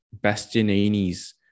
Bastianini's